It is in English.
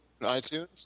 iTunes